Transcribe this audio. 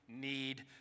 need